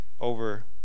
over